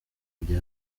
bya